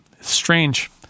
Strange